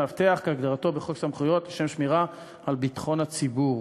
'מאבטח' כהגדרתו בחוק סמכויות לשם שמירה על ביטחון הציבור".